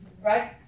right